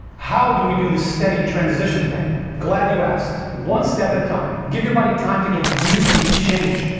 how do we do this steady transition thing glad you asked one step at a time give your body time to get used to each change.